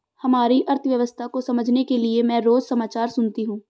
हमारी अर्थव्यवस्था को समझने के लिए मैं रोज समाचार सुनती हूँ